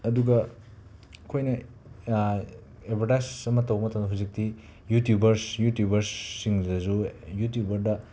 ꯑꯗꯨꯒ ꯑꯩꯈꯣꯏꯅ ꯑꯦꯕꯔꯗꯥꯏꯁ ꯑꯃ ꯇꯧꯕ ꯃꯇꯝꯗ ꯍꯧꯖꯤꯛꯇꯤ ꯌꯨꯇ꯭ꯌꯨꯕꯔꯁ ꯌꯨꯇ꯭ꯌꯨꯕꯔꯁꯁꯤꯡꯗꯁꯨ ꯌꯨꯇ꯭ꯌꯨꯕꯔꯗ